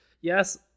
Yes